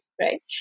right